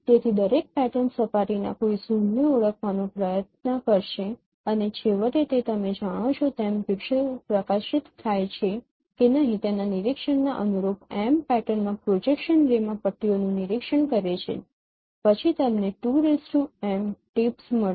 તેથી દરેક પેટર્ન સપાટીના કોઈ ઝોનને ઓળખવાનો પ્રયત્ન કરશે અને છેવટે તે તમે જાણો છો તેમ પિક્સેલ પ્રકાશિત થાય છે કે નહીં તેના નિરીક્ષણના અનુરૂપ m પેટર્નમાં પ્રોજેક્શન રે માં પટ્ટીઓનું નિરીક્ષણ કરીએ છીએ પછી તમને 2m ટીપ્સ મળશે